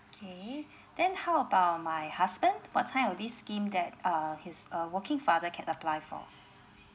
K then how about my husband what type of this scheme that uh he's a working father can apply for